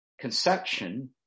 conception